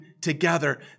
together